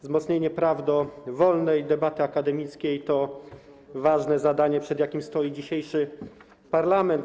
Wzmocnienie praw do wolnej debaty akademickiej to ważne zadanie, przed jakim stoi dzisiejszy parlament.